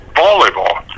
volleyball